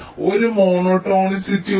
ഒരു മോണോടോണിസിറ്റി ഉണ്ട്